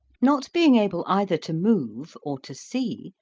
not being able either to move or to see,